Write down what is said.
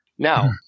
Now